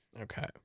okay